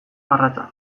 garratza